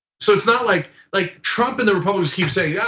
so it's not like like trump and the republicans keep saying, yeah,